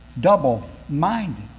Double-minded